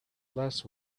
less